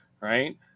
right